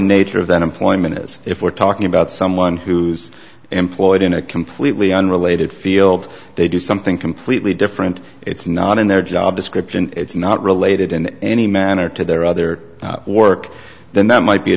nature of the unemployment is if we're talking about someone who's employed in a completely unrelated field they do something completely different it's not in their job description it's not related in any manner to their other work then that might be a